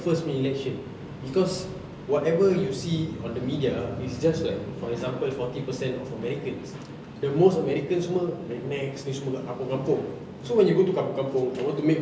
first punya election cause whatever you see on the media is just a for example forty per cent of americans the most americans semua like next ni semua dekat kampung-kampung so when you go to kampung-kampung I want to make